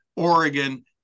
Oregon